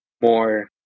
more